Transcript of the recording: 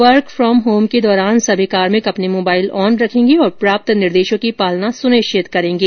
work from home के दौरान समस्त कार्मिक अपने मोबाइल ऑन रखेंगे और प्राप्त निर्देशों की पालना सुनिश्चित करेंगे